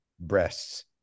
breasts